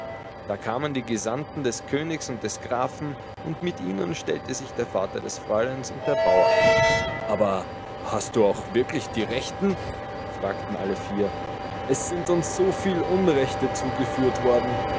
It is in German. da kamen die gesandten des königs und des grafen und mit ihnen stellte sich der vater des fräuleins und der bauer ein aber hast du auch wirklich die rechten fragten alle vier es sind uns so viel unrechte zugeführt worden